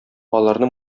аларны